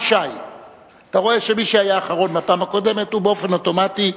אתה רואה שמי שהיה אחרון בפעם הקודמת הוא באופן אוטומטי,